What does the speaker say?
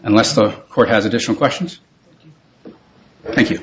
unless the court has additional questions thank you